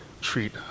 treat